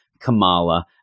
Kamala